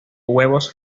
huevos